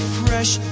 fresh